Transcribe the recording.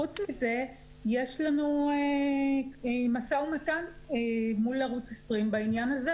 חוץ מזה יש לנו משא ומתן מול ערוץ 20 בעניין הזה,